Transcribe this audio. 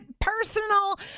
personal